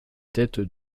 tête